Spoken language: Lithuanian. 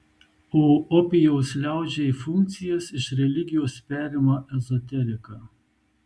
o opijaus liaudžiai funkcijas iš religijos perima ezoterika